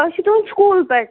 أسۍ چھِ تُہُنٛدۍ سکوٗل پٮ۪ٹھ